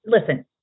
listen